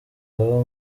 baba